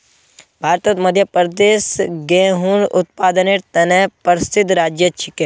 भारतत मध्य प्रदेश गेहूंर उत्पादनेर त न प्रसिद्ध राज्य छिके